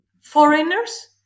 foreigners